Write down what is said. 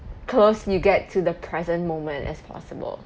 close you get to the present moment as possible